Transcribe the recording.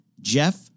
Jeff